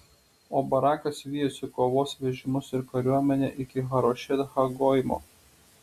o barakas vijosi kovos vežimus ir kariuomenę iki harošet ha goimo